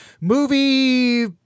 movie